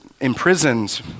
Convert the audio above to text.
imprisoned